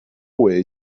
way